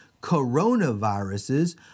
coronaviruses